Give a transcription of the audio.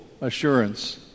assurance